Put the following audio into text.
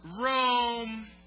Rome